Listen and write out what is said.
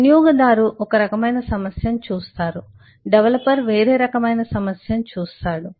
వినియోగదారు ఒక రకమైన సమస్యను చూస్తారు డెవలపర్ వేరే రకమైన సమస్యను చూస్తాడు